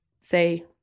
say